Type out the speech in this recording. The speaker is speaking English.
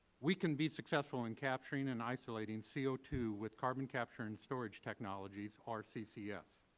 we can be successful in capturing and isolating c o two with carbon capture and storage technologies, or ccs.